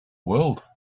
world